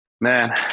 man